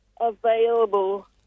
available